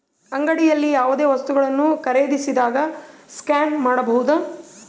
ಅಂಗಡಿಯಲ್ಲಿ ಯಾವುದೇ ವಸ್ತುಗಳನ್ನು ಖರೇದಿಸಿದಾಗ ಸ್ಕ್ಯಾನ್ ಮಾಡಬಹುದಾ?